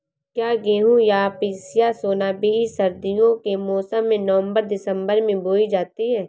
क्या गेहूँ या पिसिया सोना बीज सर्दियों के मौसम में नवम्बर दिसम्बर में बोई जाती है?